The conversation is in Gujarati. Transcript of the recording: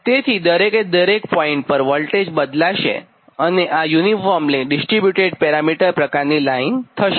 તેથીદરેકે દરેક પોઇન્ટ પર વોલ્ટેજ બદલાશેઆ યુનિફોર્મલી ડિસ્ટ્રીબ્યુટેડ પેરામિટર પ્રકારની લાઇન થશે